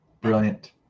Brilliant